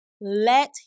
let